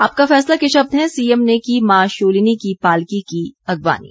आपका फैसला के शब्द हैं सीएम ने की मां शूलिनी की पालकी की अगवानी